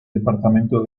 departamento